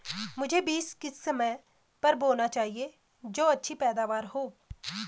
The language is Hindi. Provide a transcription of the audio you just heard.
मुझे बीज किस समय पर बोना चाहिए जो अच्छी पैदावार हो?